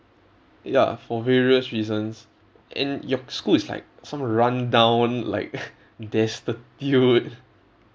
ya for various reasons and your school is like some run down like destitute